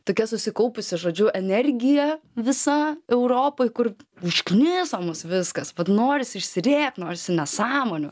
tokia susikaupusi žodžiu energija visa europoj kur užkniso mus viskas vat norisi išsirėkt norisi nesąmonių